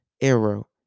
arrow